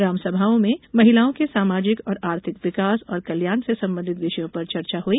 ग्रामसभाओं में महिलाओं के सामाजिक और आर्थिक विकास और कल्याण से संबंधित विषयों पर चर्चा हुई